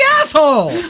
Asshole